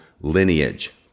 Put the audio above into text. lineage